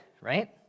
right